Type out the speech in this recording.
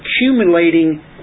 accumulating